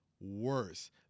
worse